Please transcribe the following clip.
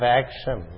action